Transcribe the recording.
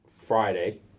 Friday